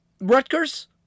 Rutgers